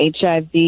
HIV